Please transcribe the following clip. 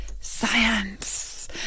science